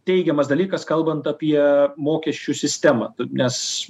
teigiamas dalykas kalbant apie mokesčių sistemą nes